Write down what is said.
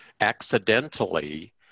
accidentally